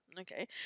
okay